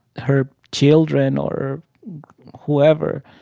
her children or whoever? are